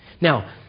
Now